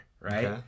right